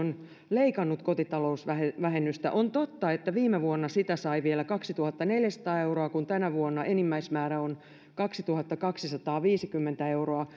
on leikannut kotitalousvähennystä on totta että viime vuonna sitä sai vielä kaksituhattaneljäsataa euroa kun tänä vuonna enimmäismäärä on kaksituhattakaksisataaviisikymmentä euroa